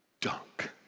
dunk